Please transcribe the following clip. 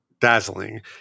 dazzling